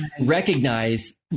recognize